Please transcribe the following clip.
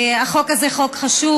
החוק הזה הוא חוק חשוב.